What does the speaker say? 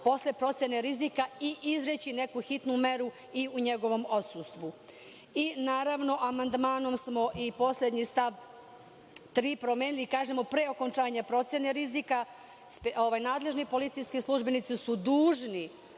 posle procene rizika izreći neku hitnu meru u njegovom odsustvu? Amandmanom smo i poslednji stav 3. promenili i kažemo – pre okončanja procene rizika, nadležni policijski službenici su dužni